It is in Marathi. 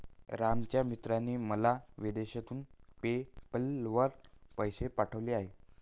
रामच्या मित्राने मला विदेशातून पेपैल वर पैसे पाठवले आहेत